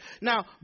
Now